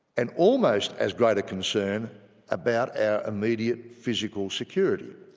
and almost as great a concern about our immediate physical security.